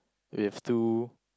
with two